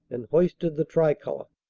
and hoisted the tricolor.